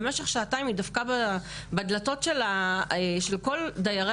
במשך שעתיים היא דפקה בדלתות של כל דיירי